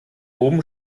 oben